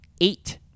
eight